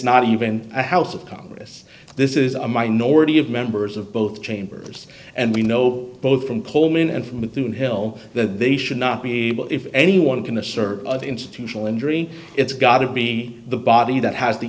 not even a house of congress this is a minority of members of both chambers and we know both from coleman and from within hill that they should not be able if anyone can assert of institutional injury it's gotta be the body that has the